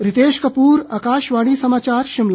रितेश कपूर आकाशवाणी समाचार शिमला